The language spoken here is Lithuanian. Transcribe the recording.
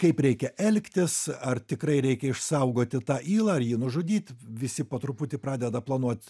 kaip reikia elgtis ar tikrai reikia išsaugoti tą ylą ar jį nužudyt visi po truputį pradeda planuot